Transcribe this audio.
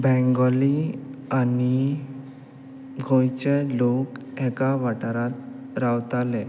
Bengali आनी गोंयचे लोक एका वाठारांत रावताले